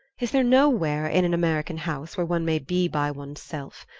is there nowhere in an american house where one may be by one's self?